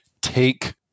take